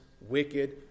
wicked